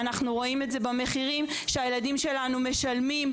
אנחנו רואים את זה במחירים שהילדים שלנו משלמים,